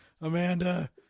Amanda